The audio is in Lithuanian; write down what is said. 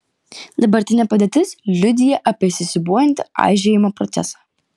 dabartinė padėtis liudija apie įsisiūbuojantį aižėjimo procesą